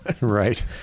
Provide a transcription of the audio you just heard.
right